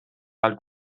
ajal